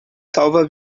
salva